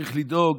צריך לדאוג.